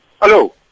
Hello